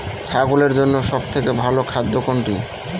ছাগলের জন্য সব থেকে ভালো খাদ্য কোনটি?